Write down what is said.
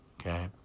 okay